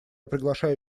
приглашаю